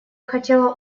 хотела